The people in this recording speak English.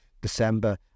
December